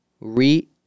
re